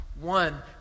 One